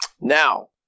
now